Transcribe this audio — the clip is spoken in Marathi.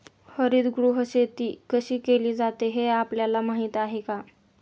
हरितगृह शेती कशी केली जाते हे आपल्याला माहीत आहे का?